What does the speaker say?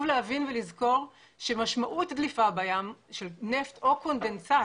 להבין ולזכור שמשמעות דליפה בים של נפט או קונדנסט,